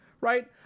right